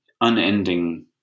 unending